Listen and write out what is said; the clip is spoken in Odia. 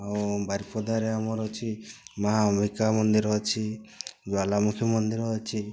ଆଉ ବାରିପଦାରେ ଆମର ଅଛି ମାଆ ଅମ୍ବିକା ମନ୍ଦିର ଅଛି ଜ୍ଵାଲାମୁଖି ମନ୍ଦିର ଅଛି